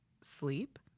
sleep